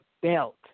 belt